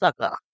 sucker